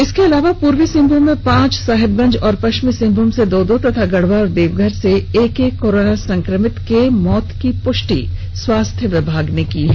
इसके अलावा पूर्वी सिंहभूम में पांच साहेबगंज और पश्चिमी सिंहभूम से दो दो व गढ़वा और देवघर में एक एक कोरोना संक्रमित के मौत की पुष्टि स्वास्थ्य विभाग ने की है